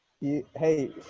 Hey